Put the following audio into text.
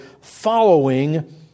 following